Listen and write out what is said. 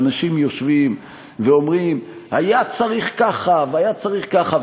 שאנשים יושבים ואומרים: היה צריך ככה והיה צריך ככה,